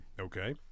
Okay